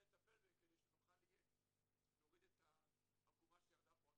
לטפל בהם כדי שנוכל להוריד את העקומה שירדה פה.